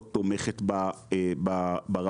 לא תומכת ברפתנים,